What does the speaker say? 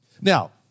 Now